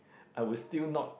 I would still not